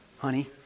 honey